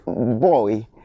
boy